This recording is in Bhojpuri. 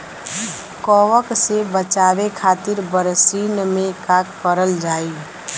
कवक से बचावे खातिन बरसीन मे का करल जाई?